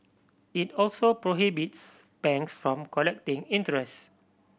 it also prohibits banks from collecting interest